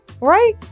right